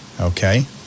Okay